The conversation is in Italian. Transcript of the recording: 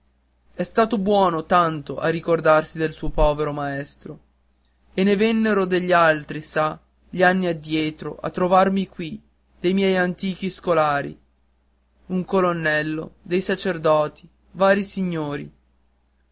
è stato buono tanto a ricordarsi del suo povero maestro e ne vennero degli altri sa gli anni addietro a trovarmi qui dei miei antichi scolari un colonnello dei sacerdoti vari signori